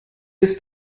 ist